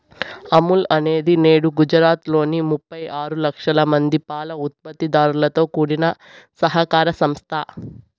అమూల్ అనేది నేడు గుజరాత్ లోని ముప్పై ఆరు లక్షల మంది పాల ఉత్పత్తి దారులతో కూడిన సహకార సంస్థ